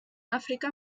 àfrica